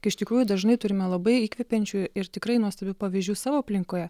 kai iš tikrųjų dažnai turime labai įkvepiančių ir tikrai nuostabių pavyzdžių savo aplinkoje